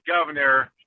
governor